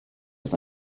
was